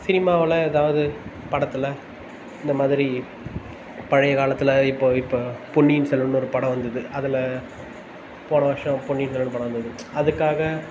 சினிமாவில் எதாவது படத்தில் இந்த மாதிரி பழைய காலத்தில் இப்போ இப்போ பொன்னியின் செல்வன்னு ஒரு படம் வந்துது அதில் போன வருஷம் பொன்னியின் செல்வன் படம் வந்தது அதுக்காக